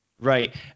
Right